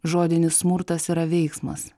žodinis smurtas yra veiksmas